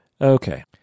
Okay